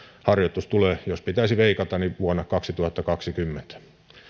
tulee jos pitäisi veikata niin vuonna kaksituhattakaksikymmentä